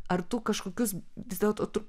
ar tu kažkokius vis dėlto tu